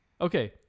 Okay